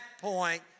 point